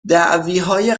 دعویهای